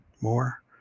more